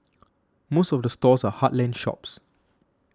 most of the stores are heartland shops